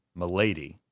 milady